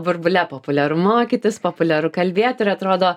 burbule populiaru mokytis populiaru kalbėt ir atrodo